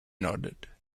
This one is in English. nodded